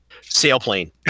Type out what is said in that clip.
sailplane